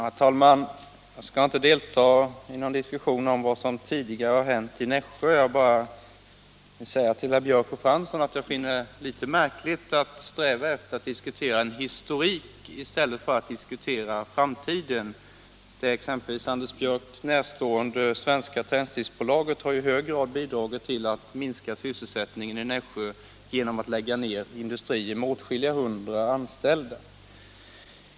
Herr talman! Jag skall inte delta i någon diskussion om vad som tidigare har hänt i Nässjö. Jag vill bara säga till herr Björck i Nässjö och herr Fransson att jag finner det litet märkligt att man strävar efter att diskutera en historik i stället för att diskutera framtiden. Exempelvis det Anders Björck närstående Svenska Tändsticks AB har i hög grad bidragit till att minska sysselsättningen i Nässjö genom att lägga ned industrier med åtskilliga hundra anställda.